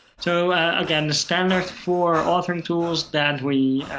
so again, the standard for authoring tools that we